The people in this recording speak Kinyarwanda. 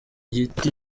giti